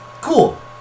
cool